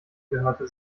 gehörte